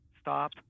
Stop